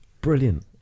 brilliant